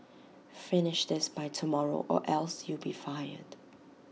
finish this by tomorrow or else you'll be fired